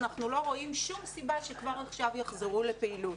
אנחנו לא רואים שום סיבה שכבר עכשיו לא יחזרו לפעילות.